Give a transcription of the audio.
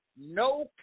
No